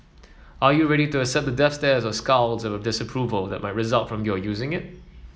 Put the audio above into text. are you ready to accept the death stare the scowls of disapproval that might result from your using it